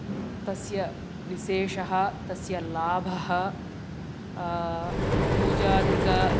तस्य विशेषः तस्य लाभः पूजाधिं